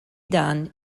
dan